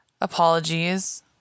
Apologies